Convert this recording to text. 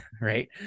right